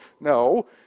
No